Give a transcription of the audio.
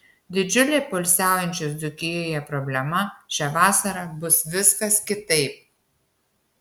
didžiulė poilsiaujančių dzūkijoje problema šią vasarą bus viskas kitaip